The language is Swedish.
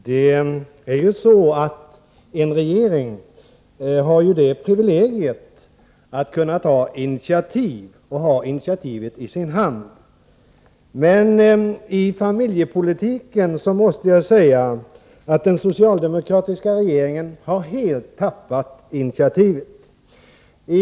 Herr talman! En regering har det privilegiet att kunna ta initiativ och att ha initiativet i sin hand. Men när det gäller familjepolitiken måste jag säga att den socialdemokratiska regeringen helt har tappat initiativet.